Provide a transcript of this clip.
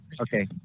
okay